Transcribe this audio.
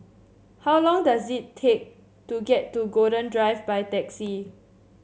how long does it take to get to Golden Drive by taxi